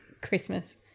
Christmas